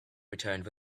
returned